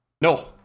No